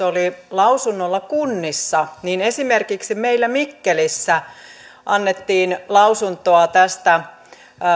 oli lausunnolla kunnissa niin esimerkiksi meillä mikkelissä annettiin lausuntoa tästä